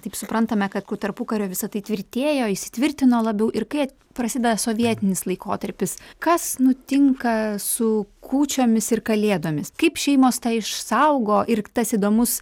taip suprantame kad tarpukariu visa tai tvirtėjo įsitvirtino labiau ir kai prasideda sovietinis laikotarpis kas nutinka su kūčiomis ir kalėdomis kaip šeimos tą išsaugo ir tas įdomus